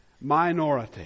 Minority